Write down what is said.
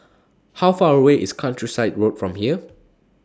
How Far away IS Countryside Road from here